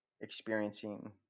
experiencing